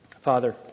Father